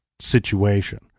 situation